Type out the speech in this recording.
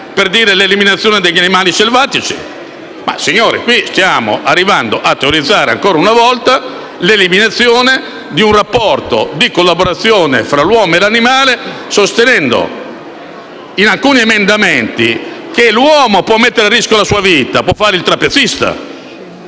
dell'utilizzo degli animali selvatici. Ma qui, signori, stiamo arrivando a teorizzare, ancora una volta, l'eliminazione di un rapporto di collaborazione fra l'uomo e l'animale, sostenendo, in alcuni emendamenti, che l'uomo può mettere a rischio la sua vita e può fare il trapezista,